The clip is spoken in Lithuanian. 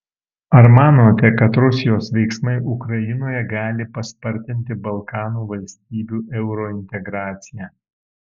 ar manote kad rusijos veiksmai ukrainoje gali paspartinti balkanų valstybių eurointegraciją